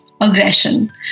aggression